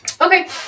okay